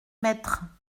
maître